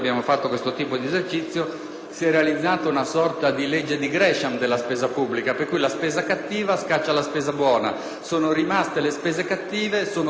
si è realizzata una sorta di legge di Gresham della spesa pubblica per cui la spesa cattiva scaccia la spesa buona; sono rimaste le spese cattive e sono state ridotte le spese buone,